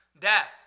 death